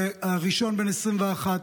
הראשון בן 21,